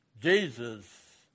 Jesus